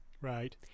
Right